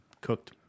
cooked